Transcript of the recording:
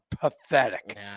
pathetic